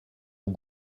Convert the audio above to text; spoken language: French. aux